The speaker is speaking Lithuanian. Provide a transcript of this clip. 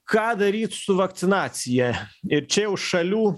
ką daryt su vakcinacija ir čia jau šalių